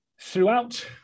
throughout